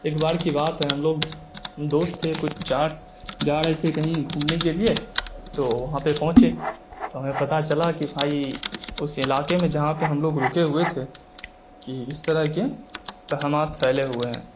ایک بار کی بات ہے ہم لوگ دوست تھے کچھ چار جا رہے تھے کہیں گھومنے کے لیے تو وہاں پہ پہنچے تو ہمیں پتہ کہ بھائی اس علاقے میں جہاں پہ ہم رکے ہوئے تھے کہ اس طرح کے توہمات پھیلے ہوئے ہیں